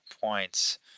points